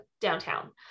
downtown